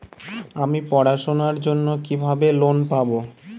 আমি পড়াশোনার জন্য কিভাবে লোন পাব?